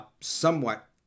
somewhat